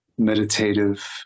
meditative